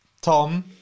Tom